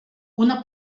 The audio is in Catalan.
una